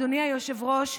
אדוני היושב-ראש,